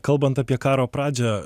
kalbant apie karo pradžią